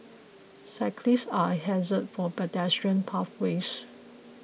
cyclists are a hazard for pedestrian pathways